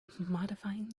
modifying